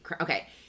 okay